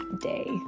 day